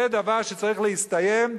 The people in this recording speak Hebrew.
זה דבר שצריך להסתיים,